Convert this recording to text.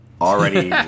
Already